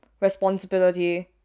responsibility